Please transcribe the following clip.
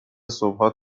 صبحها